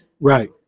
Right